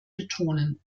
betonen